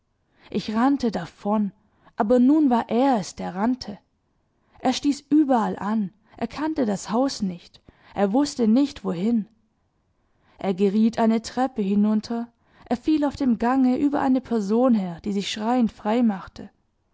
ich rannte davon aber nun war er es der rannte er stieß überall an er kannte das haus nicht er wußte nicht wohin er geriet eine treppe hinunter er fiel auf dem gange über eine person her die sich schreiend freimachte